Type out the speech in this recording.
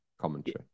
commentary